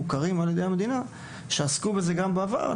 שמוכרים על ידי המדינה ושעסקו בזה גם בעבר,